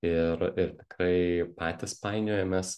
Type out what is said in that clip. ir ir tikrai patys painiojamės